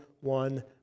one